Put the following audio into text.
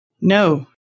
No